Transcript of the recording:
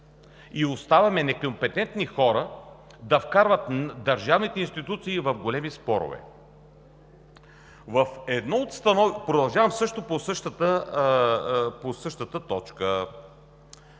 Оставяме некомпетентни хора да вкарват държавните институции в големи спорове. Продължавам по същата точка: